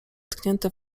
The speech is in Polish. tknięte